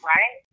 Right